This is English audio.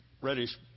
reddish